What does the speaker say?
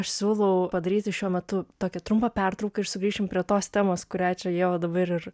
aš siūlau padaryti šiuo metu tokią trumpą pertrauką ir sugrįšim prie tos temos kurią čia jau dabar ir